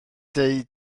dweud